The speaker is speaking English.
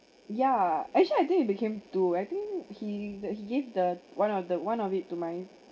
ya actually I think it became two I think he that he give the one of the one of it to my